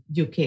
UK